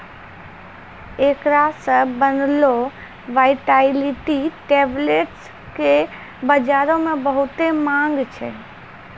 एकरा से बनलो वायटाइलिटी टैबलेट्स के बजारो मे बहुते माँग छै